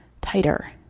tighter